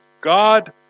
God